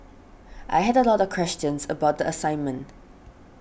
I had a lot of questions about the assignment